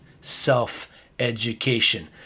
self-education